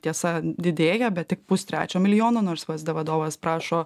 tiesa didėja bet tik pustrečio milijono nors vsd vadovas prašo